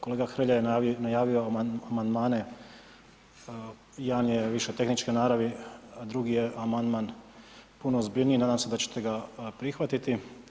Kolega Hrelja je najavio amandmane, jedan je više tehničke naravi, a drugi je amandman puno ozbiljniji, nadam se da ćete ga prihvatiti.